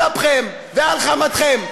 על אפכם ועל חמתכם,